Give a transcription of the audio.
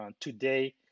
today